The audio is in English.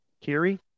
Kiri